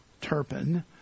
Turpin